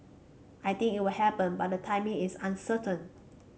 I think it will happen but the timing is uncertain